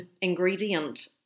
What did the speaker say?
ingredient